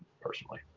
personally